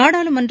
நாடாளுமன்ற